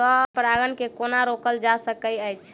स्व परागण केँ कोना रोकल जा सकैत अछि?